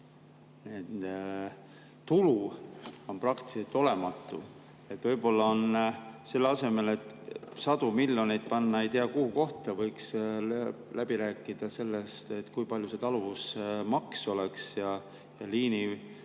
tulu on praktiliselt olematu. Võib-olla selle asemel, et sadu miljoneid panna ei tea kuhu kohta, võiks läbi rääkida selles, kui palju oleks taluvusmaks ja et liinialused